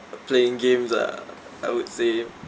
playing games lah I would say